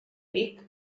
vic